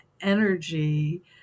energy